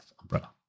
umbrella